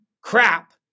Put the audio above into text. crap